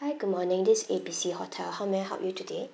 hi good morning this is A B C hotel how may I help you today